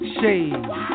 shades